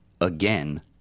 Again